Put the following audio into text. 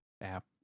app